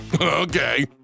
okay